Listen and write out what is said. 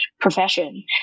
profession